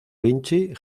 vinci